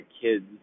kids